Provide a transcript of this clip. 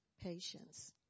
patience